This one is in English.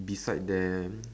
beside them